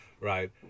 right